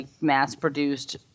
mass-produced